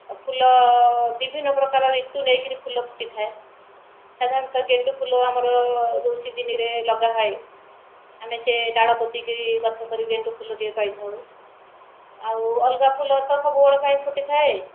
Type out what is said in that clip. ଆଉ ଫୁଲ ବିଭିନ୍ନ ପ୍ରକାର ଋତୁ ନେଇକରି ଫୁଲ ଫୁଟିଥାଏ ସାଧାରଣତଃ ଗେଣ୍ଡୁ ଫୁଲ ଆମର ଯେଉଁ ସିଜନରେ ଲଗା ହୁଏ ଆମେ ସେ ଡାଳ ପୋତିକରି ଗଛ କରି ଗେଣ୍ଡୁ ଫୁଲ ଟିକେ ପାଇଥାଉ ଆଉ ଅଲଗା ଫୁଲ ତ ସବୁବେଳେ ପାଇଁ ଫୁଟିଥାଏ